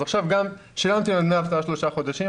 אז עכשיו גם שילמתם על דמי אבטלה שלושה חודשים,